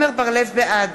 בעד